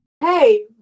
hey